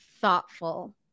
thoughtful